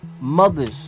mothers